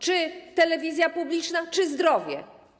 Czy telewizja publiczna, czy zdrowie?